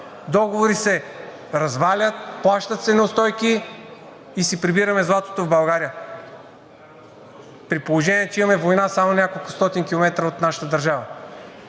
Договори се развалят, плащат се неустойки и си прибираме златото в България, при положение че има война само на няколкостотин километра от нашата държава.